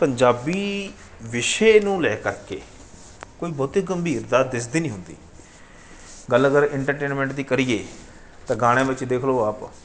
ਪੰਜਾਬੀ ਵਿਸ਼ੇ ਨੂੰ ਲੈ ਕਰਕੇ ਕੋਈ ਬਹੁਤੀ ਗੰਭੀਰਤਾ ਦਿਸਦੀ ਨਹੀਂ ਹੁੰਦੀ ਗੱਲ ਅਗਰ ਇੰਟਰਟੇਨਮੈਂਟ ਦੀ ਕਰੀਏ ਤਾਂ ਗਾਣਿਆਂ ਵਿੱਚ ਦੇਖ ਲਓ ਆਪ